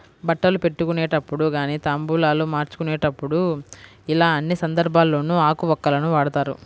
బట్టలు పెట్టుకునేటప్పుడు గానీ తాంబూలాలు మార్చుకునేప్పుడు యిలా అన్ని సందర్భాల్లోనూ ఆకు వక్కలను వాడతారు